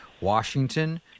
Washington